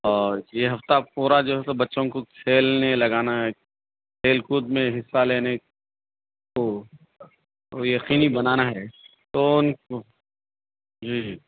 اور یہ ہفتہ پورا جو ہے سو بچوں کو کھیلنے لگانا ہے کھیل کود میں حّصہ لینے کو یقینی بنانا ہے تو اُن کو جی